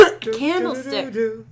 Candlestick